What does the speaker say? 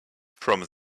from